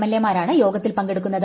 എൽഎമാരാണ് യോഗത്തിൽ പങ്കെടുക്കുന്നത്